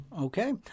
Okay